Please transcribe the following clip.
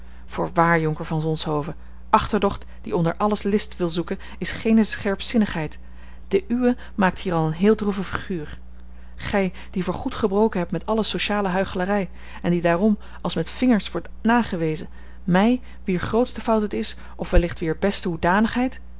voorwaar jonker van zonshoven achterdocht die onder alles list wil zoeken is geene scherpzinnigheid de uwe maakt hier al eene heel droevige figuur gij die voor goed gebroken hebt met alle sociale huichelarij en die daarom als met vingers wordt nagewezen mij wier grootste fout het is of wellicht wier beste hoedanigheid